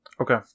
Okay